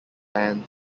anne